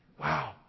Wow